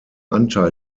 anteil